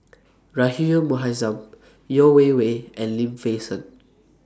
Rahayu Mahzam Yeo Wei Wei and Lim Fei Shen